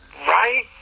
Right